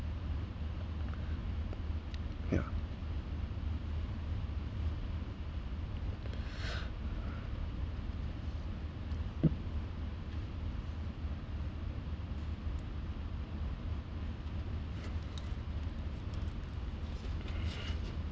yeah